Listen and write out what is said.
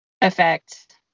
effect